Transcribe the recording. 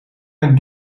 mijn